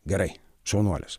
gerai šaunuolis